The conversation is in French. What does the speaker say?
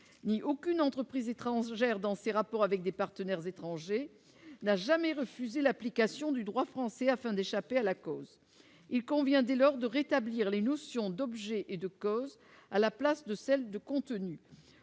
ni aucune entreprise étrangère dans ses rapports avec des partenaires étrangers n'a jamais refusé l'application du droit français, afin d'échapper à la cause, il convient dès lors de rétablir les notions d'objets et de cause à la place de celle de contenu,